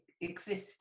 exist